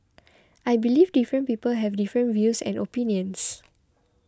I believe different people have different views and opinions